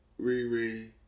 Riri